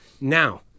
Now